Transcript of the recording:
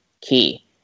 key